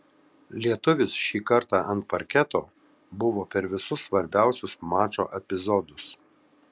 lietuvis šį kartą ant parketo buvo per visus svarbiausius mačo epizodus